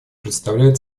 представляет